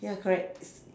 ya correct it's